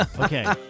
Okay